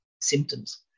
symptoms